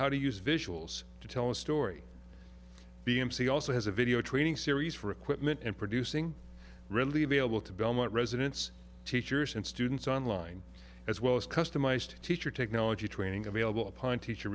how to use visuals to tell a story b m c also has a video training series for equipment and producing really be able to belmont residents teachers and students online as well as customized teacher technology training available upon teacher